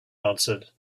answered